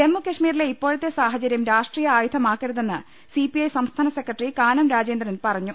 ജമ്മു കശ്മീരിലെ ഇപ്പോഴത്തെ സാഹചര്യം രാഷ്ട്രീയ ആയുധമാക്കരുതെന്ന് സി പി ഐ സംസ്ഥാന ഉസ്ക്രിട്ടറി കാനം രാജേന്ദ്രൻ പറഞ്ഞു